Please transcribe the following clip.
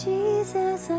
Jesus